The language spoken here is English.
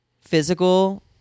physical